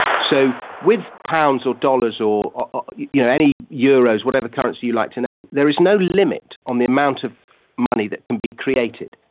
so with pounds or dollars or or you know any euros, whatever currency you'd like to name, there is no limit on the amount of money that can be created.